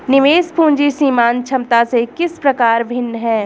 निवेश पूंजी सीमांत क्षमता से किस प्रकार भिन्न है?